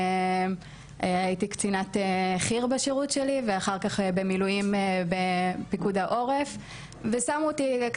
הייתי קצינת חי"ר בשירות שלי ואחר כך במילואים בפיקוד העורף והייתי